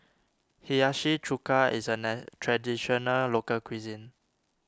Hiyashi Chuka is a nice Traditional Local Cuisine